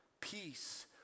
peace